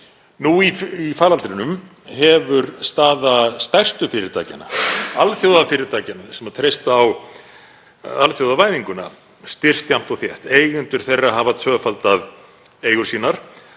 Nú í faraldrinum hefur staða stærstu fyrirtækjanna, alþjóðafyrirtækjanna sem treysta á alþjóðavæðinguna, styrkst jafnt og þétt. Eigendur þeirra hafa tvöfaldað eigur sínar